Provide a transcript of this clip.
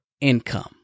income